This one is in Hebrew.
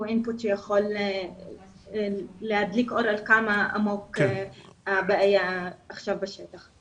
אינפוט שיכול להדליק אור על כמה עמוקה הבעיה עכשיו בשטח.